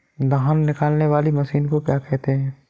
धान निकालने वाली मशीन को क्या कहते हैं?